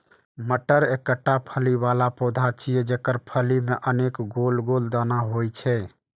मटर एकटा फली बला पौधा छियै, जेकर फली मे अनेक गोल गोल दाना होइ छै